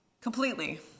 Completely